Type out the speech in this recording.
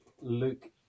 Luke